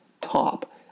top